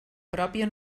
pròpia